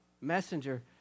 messenger